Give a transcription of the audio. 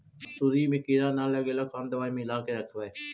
मसुरी मे किड़ा न लगे ल कोन दवाई मिला के रखबई?